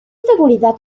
seguridad